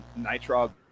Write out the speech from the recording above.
nitrog